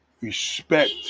respect